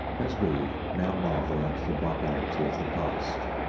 as we now marvel at the barbarity of the past.